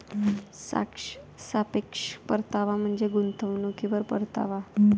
सापेक्ष परतावा म्हणजे गुंतवणुकीवर परतावा